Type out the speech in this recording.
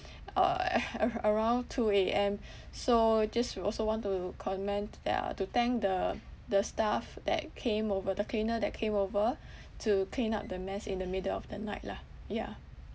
uh ar~ around two A_M so just we also want to comment yeah to thank the the staff that came over the cleaner that came over to clean up the mess in the middle of the night lah yeah